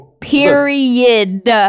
Period